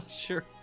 Sure